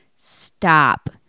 stop